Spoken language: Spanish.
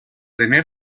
tener